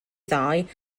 ddoe